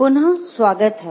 पुनः स्वागत है